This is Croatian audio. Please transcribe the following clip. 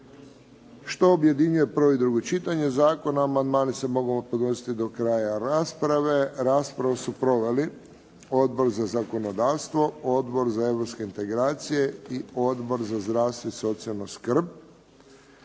što objedinjuje prvo i drugo čitanje zakona. Amandmani se mogu podnositi do kraja rasprave. Raspravu su proveli Odbor za zakonodavstvo, Odbor za europske integracije i Odbor za zdravstvo i socijalnu skrb.